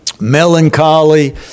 melancholy